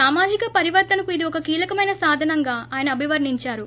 సామాజిక పరివర్తనకు ఇది ఒక కీలకమైన సాధానంగా ఆయన అభివర్ణించారు